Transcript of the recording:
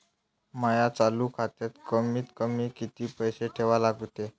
माया चालू खात्यात कमीत कमी किती पैसे ठेवा लागते?